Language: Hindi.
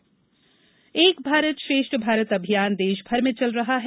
एक भारत श्रेष्ठ भारत एक भारत श्रेष्ठ भारत अभियान देश भर में चल रहा है